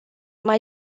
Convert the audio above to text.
mai